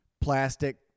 plastic